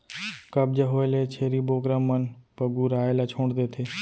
कब्ज होए ले छेरी बोकरा मन पगुराए ल छोड़ देथे